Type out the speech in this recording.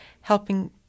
helping